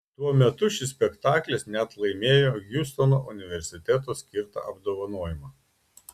tuo metu šis spektaklis net laimėjo hjustono universiteto skirtą apdovanojimą